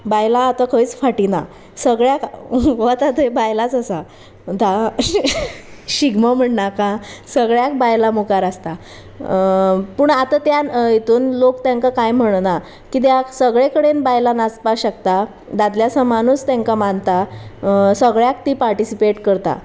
बायलां आतां खंयच फाटीं ना सगळ्याक वता थंय बायलांच आसा शिगमो म्हणणा सगळ्याक बायलां मुखार आसता पूण आतां त्या हातूंत लोक तांकां कांय म्हणना कित्याक सगळे कडेन बायलां नाचपाक शकता दादल्या समानूच तांकां मानता सगळ्याक ती पार्टिसिपेट करता